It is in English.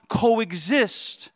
coexist